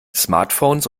smartphones